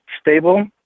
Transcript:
stable